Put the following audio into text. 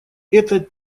этот